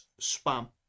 spam